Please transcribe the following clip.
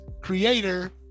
creator